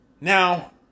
Now